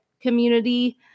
community